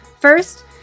First